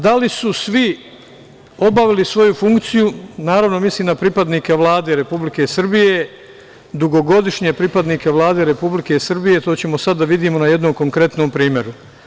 Da li su svi obavili svoju funkciju, naravno, mislim na pripadnike Vlade Republike Srbije, dugogodišnje pripadnike Vlade Republike Srbije, to ćemo sada da vidimo na jednom konkretnom primeru.